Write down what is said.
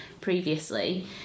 previously